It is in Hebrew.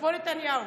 כמו נתניהו.